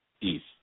East